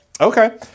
Okay